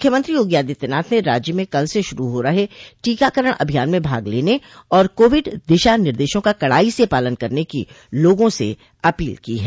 मुख्यमंत्री योगी आदित्यनाथ ने राज्य में कल से शुरू हो रहे टीकाकरण अभियान में भाग लेने और कोविड दिशा निर्देशों का कड़ाई से पालन करने की लोगों से अपील की है